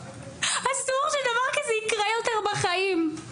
אסור שדבר כזה ייקרה יותר בחיים.